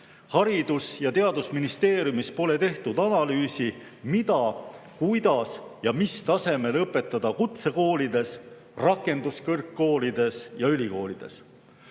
Haridus‑ ja Teadusministeeriumis pole tehtud analüüsi, mida, kuidas ja mis tasemel õpetada kutsekoolides, rakenduskõrgkoolides ja ülikoolides.